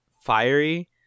fiery